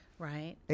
Right